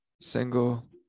single